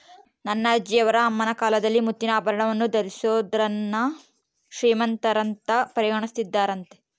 ನನ್ನ ಅಜ್ಜಿಯವರ ಅಮ್ಮನ ಕಾಲದಲ್ಲಿ ಮುತ್ತಿನ ಆಭರಣವನ್ನು ಧರಿಸಿದೋರ್ನ ಶ್ರೀಮಂತರಂತ ಪರಿಗಣಿಸುತ್ತಿದ್ದರಂತೆ